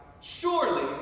surely